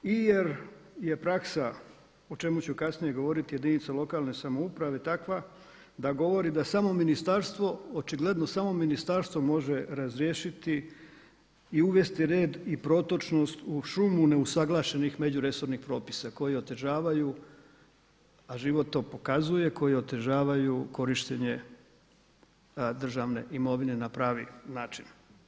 I jer je praksa o čemu ću kasnije govoriti jedinica lokalne samouprave takva da govori da samo ministarstvo, očigledno samo ministarstvo može razriješiti i uvesti red i protočnost u šumu neusaglašenih međuresornih propisa koji otežavaju, a život to pokazuje, koji otežavaju korištenje državne imovine na pravi način.